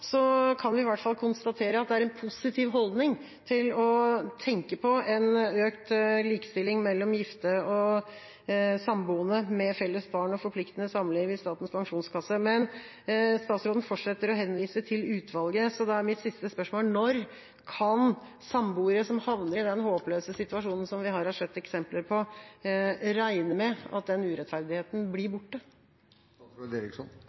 kan vi i hvert fall konstatere at det er en positiv holdning til å tenke på en økt likestilling mellom gifte og samboende med felles barn og forpliktende samliv, i Statens pensjonskasse. Men statsråden fortsetter å henvise til utvalget, så da er mitt siste spørsmål: Når kan samboere som havner i den håpløse situasjonen som vi her har sett eksempler på, regne med at den urettferdigheten blir borte?